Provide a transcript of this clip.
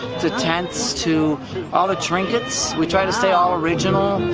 to tents, to all the trinkets. we try to stay all original,